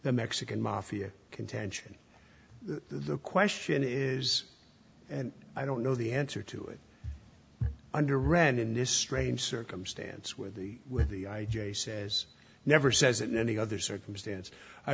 the mexican mafia contention the question and i don't know the answer to it under red in this strange circumstance where the with the i g says never says it in any other circumstance i